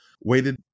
waited